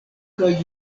kaj